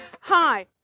Hi